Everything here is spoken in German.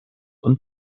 und